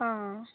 आं